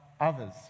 others